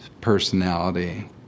personality